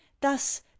thus